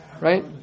right